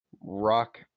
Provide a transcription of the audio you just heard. Rock